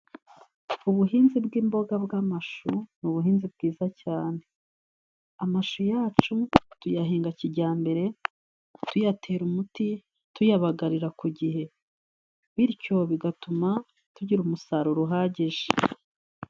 Ubuhinzi bw'imboga bw'amashu ni ubuhinzi bwiza cyane, amashu yacu tuyahinga kijyambere tuyatera umuti, tuyabagarira ku gihe bityo bigatuma tugira umusaruro uhagije.